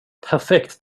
perfekt